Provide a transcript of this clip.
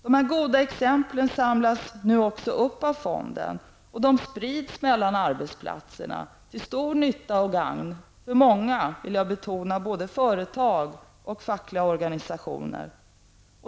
De goda exemplen samlas nu upp av fonden och sprids ut till arbetsplatserna, till stor nytta för många, det vill jag betona, både företag och fackliga organisationer.